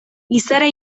izara